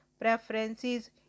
preferences